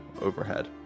overhead